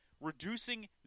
reducing